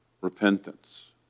repentance